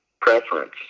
preference